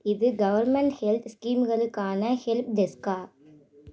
இது government health ஸ்கீம்களுக்கான ஹெல்ப்டெஸ்க்கா